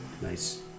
Nice